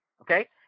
Okay